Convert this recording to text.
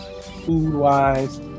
food-wise